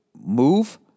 move